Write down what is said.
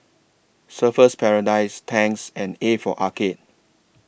Surfer's Paradise Tangs and A For Arcade